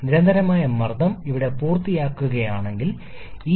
നിരന്തരമായ മർദ്ദം ഇവിടെ പൂർത്തിയാക്കുകയാണെങ്കിൽ ഈ വളവിന് കീഴിലുള്ള വിസ്തീർണ്ണം കുറവാണ്